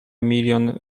million